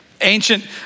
ancient